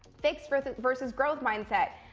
fixed versus versus growth mindset,